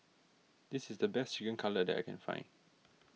this is the best Chicken Cutlet that I can find